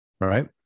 right